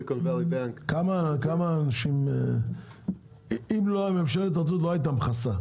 סיליקון ואלי בנק --- אם ממשלת ארצות הברית לא הייתה מכסה,